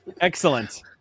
Excellent